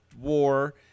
war